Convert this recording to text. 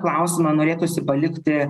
klausimą norėtųsi palikti